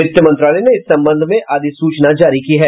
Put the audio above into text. वित्त मंत्रलाय ने इस संबंध में अधिसूचना जारी की है